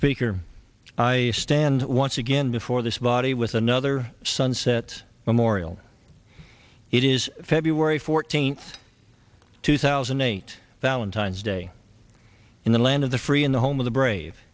speaker i stand once again before this body with another sunset memorial it is february fourteenth two thousand and eight valentine's day in the land of the free in the home of the brave